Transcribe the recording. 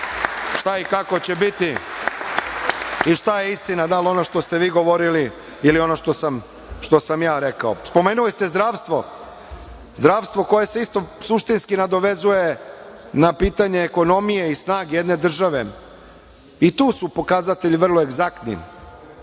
šta i kako će biti i šta je istina, da li ono što ste vi govorili ili ono što sam ja rekao. Spomenuli ste zdravstvo, zdravstvo koje se isto suštinski nadovezuje na pitanje ekonomije i snage jedne države. I tu su pokazatelji vrlo egzaktni,